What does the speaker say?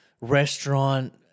restaurant